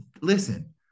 listen